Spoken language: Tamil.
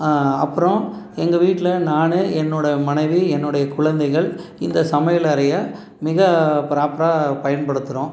அப்றம் எங்கள் வீட்டில் நான் என்னுடைய மனைவி என்னுடைய குழந்தைகள் இந்த சமையலறையை மிக பிராப்பராக பயன்படுத்துகிறோம்